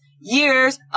years